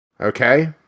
okay